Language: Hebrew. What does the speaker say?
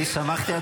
אני שמחתי,